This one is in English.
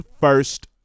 First